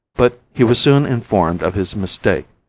but he was soon informed of his mistake.